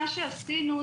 מה שעשינו,